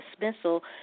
dismissal